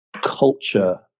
culture